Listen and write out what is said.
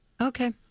Okay